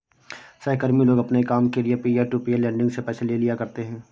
सहकर्मी लोग अपने काम के लिये पीयर टू पीयर लेंडिंग से पैसे ले लिया करते है